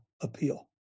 appeal